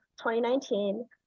2019